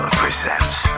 presents